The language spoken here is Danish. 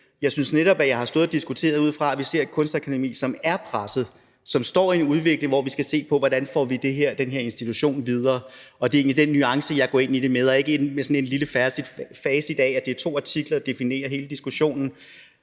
Jeg synes netop, at jeg har stået og diskuteret ud fra, at vi ser et kunstakademi, som er presset, og som er i en udvikling, hvor vi skal se på, hvordan vi får den her institution videre. Det er egentlig den nuance, jeg går ind i det med, og ikke sådan et lille færdigt facit af, at det er to artikler, der definerer hele diskussionen.